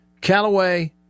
Callaway